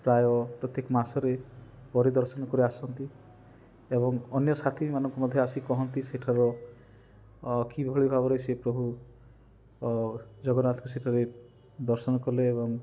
ପ୍ରାୟ ପ୍ରତ୍ୟେକ ମାସରେ ପରିଦର୍ଶନ କରି ଆସନ୍ତି ଏବଂ ଅନ୍ୟ ସାଥି ମାନଙ୍କୁ ମଧ୍ୟ ଆସିକି କହନ୍ତି ସେଠାର କିଭଳି ଭାବରେ ସେ ପ୍ରଭୁ ଜଗନ୍ନାଥ ସେଠାରେ ଦର୍ଶନ କଲେ ଏବଂ